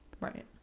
Right